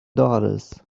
dollars